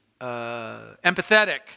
empathetic